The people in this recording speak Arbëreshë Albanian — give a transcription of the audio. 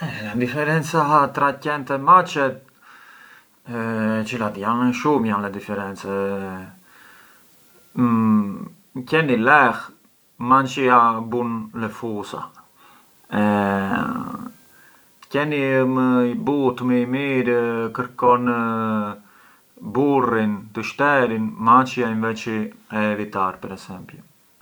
A differenza tra qent e maçet çilat janë, shumë janë le differenze, qeni leh, maçja bun l’efusa, qeni ë më i mirë, më i but, kërkon të shterin, maçja e evitar per esempiu.